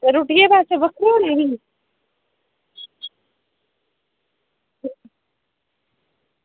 ते रुट्टियै दे पैसे बक्खरे होंदे नी